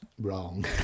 wrong